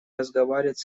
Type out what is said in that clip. разговаривать